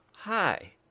Hi